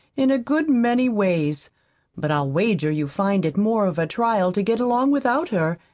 in a good many ways but i'll wager you'd find it more of a trial to get along without her,